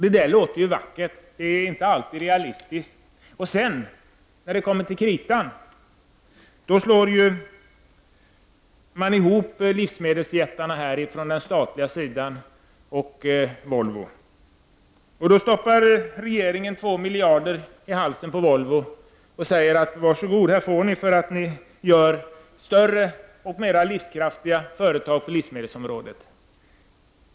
Det låter ju vackert. Men det är inte alltid realistiskt. Och när det kommer till kritan slås livsmedelsjättarna från den statliga sidan ihop med Volvo. Då stoppar regeringen 2 miljarder i halsen på Volvo och säger att var så goda, här får ni för att ni skapar större och mer livskraftiga företag på livsmedelsområdet.